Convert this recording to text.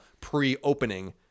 pre-opening